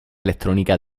electrónica